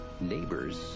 Neighbors